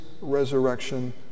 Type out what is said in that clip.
resurrection